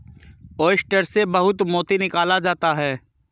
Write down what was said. oyster से बहुत मोती निकाला जाता है